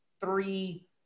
three